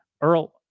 Earl